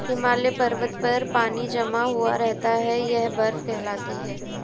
हिमालय पर्वत पर पानी जमा हुआ रहता है यह बर्फ कहलाती है